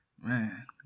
Man